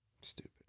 Stupid